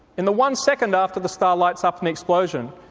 in the one second after the star lights up, an explosion,